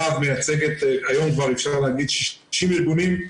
לה"ב מייצגת כיום כבר אפשר להגיד 60 ארגונים,